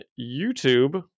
YouTube